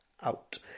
out